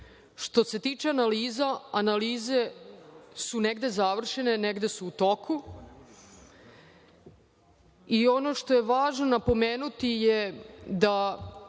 Što se tiče analiza, analize su negde završene negde su u toku i ono što je važno napomenuti je da